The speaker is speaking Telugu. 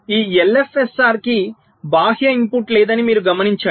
ఈ LFSR కి బాహ్య ఇన్పుట్ లేదని మీరు గమనించండి